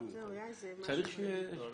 צריך שתהיה ביקורת.